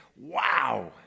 Wow